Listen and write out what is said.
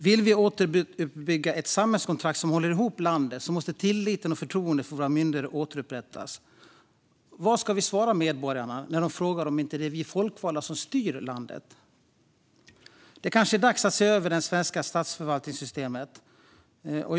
Om vi vill återuppbygga ett samhällskontrakt som håller ihop landet måste tilliten och förtroendet för våra myndigheter återupprättas. Vad ska vi svara medborgarna när de frågar om det inte är vi folkvalda politiker som styr landet? Det kanske är dags att se över det svenska statsförvaltningssystemet.